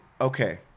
Okay